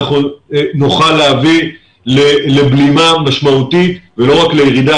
אנחנו נוכל להביא לבלימה משמעותית ולא רק לירידה